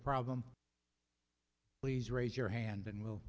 problem please raise your hand and we'll